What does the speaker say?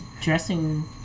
dressing